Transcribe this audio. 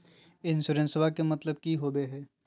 इंसोरेंसेबा के मतलब की होवे है?